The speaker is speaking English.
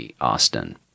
Austin